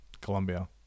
Colombia